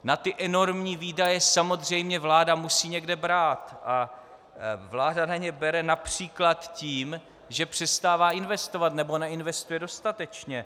Na ty enormní výdaje samozřejmě vláda musí někde brát a vláda na ně bere například tím, že přestává investovat nebo neinvestuje dostatečně.